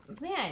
Man